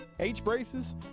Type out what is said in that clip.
H-braces